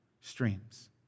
streams